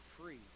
free